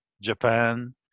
Japan